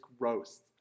gross